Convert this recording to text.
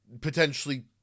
potentially